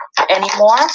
anymore